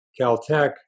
Caltech